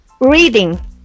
reading